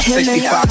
65